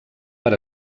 per